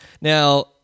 Now